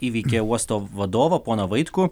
įveikė uosto vadovą poną vaitkų